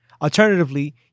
Alternatively